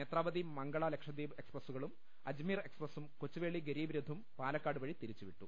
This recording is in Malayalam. നേത്രാവതി മംഗള ലക്ഷദ്വീപ് എക്സ്പ്രസൂകളും അജ്മീർ എക്സ്പ്രസും കൊച്ചുവേളി ഗരീബ് രഥും പാലിക്കാട് വഴി തിരിച്ചു വിട്ടു